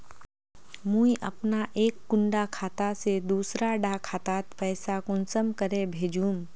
मुई अपना एक कुंडा खाता से दूसरा डा खातात पैसा कुंसम करे भेजुम?